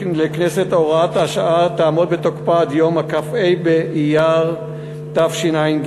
הוראת השעה תעמוד בתוקפה עד יום כ"ה באייר התשע"ג,